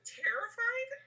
terrified